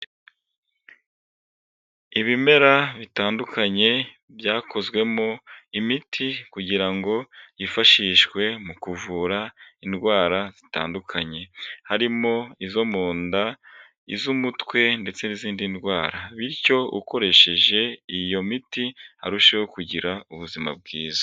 Ibimera bitandukanye byakozwemo imiti kugira ngo yifashishwe mu kuvura indwara zitandukanye, harimo izo mu nda, iz'umutwe ndetse n'izindi ndwara bityo ukoresheje iyo miti arusheho kugira ubuzima bwiza.